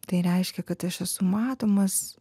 tai reiškia kad aš esu matomas